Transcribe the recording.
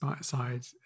side